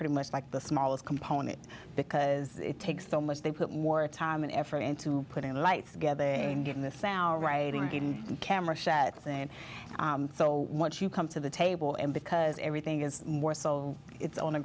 pretty much like the smallest component because it takes so much they put more time and effort into putting lights together and giving this our writing hidden camera shots and so once you come to the table and because everything is more solo it's on a